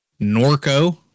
Norco